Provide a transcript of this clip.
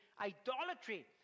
idolatry